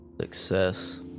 Success